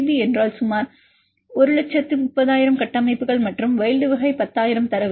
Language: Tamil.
பி என்றால் சுமார் 130000 கட்டமைப்புகள் மற்றும் வைல்ட் வகை 10000 தரவு